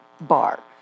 bar